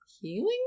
healing